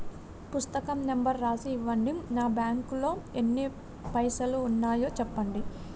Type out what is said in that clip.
పుస్తకం నెంబరు రాసి ఇవ్వండి? నా బ్యాంకు లో ఎన్ని పైసలు ఉన్నాయో చెప్పండి?